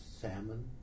salmon